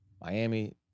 Miami